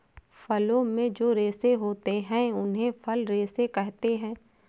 फलों में जो रेशे होते हैं उन्हें फल रेशे कहते है